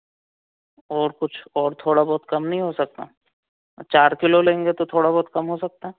और कुछ और थोड़ा बहुत कम नहीं हो सकता चार किलो लेंगे तो थोड़ा बहुत कम हो सकता है